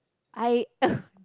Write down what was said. I